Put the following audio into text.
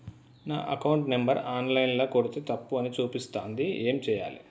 నా account number online ల కొడ్తే తప్పు అని చూపిస్తాంది ఏం చేయాలి?